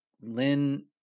Lynn